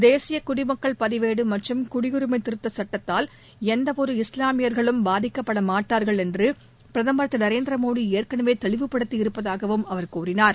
தேசிய குடிமக்கள் பதிவேடு மற்றும் குடியுரிமை திருத்த சுட்டத்தால் எந்த ஒரு இஸ்லாமியர்களும் பாதிக்கப்பட மாட்டார்கள் என்று பிரதமர் திரு நரேந்திர மோடி ஏற்கனவே தெளிவுபடுத்தியிருப்பதாகவும் அவர் கூறினார்